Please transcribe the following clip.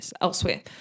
elsewhere